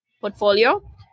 portfolio